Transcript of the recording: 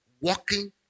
walking